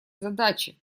задачи